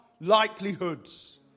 likelihoods